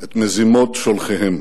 את מזימות שולחיהם.